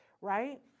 right